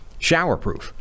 showerproof